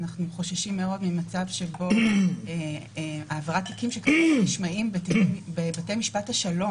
אנחנו חוששים מאוד ממצב של העברת תיקים שכבר נשמעים בבתי משפט השלום,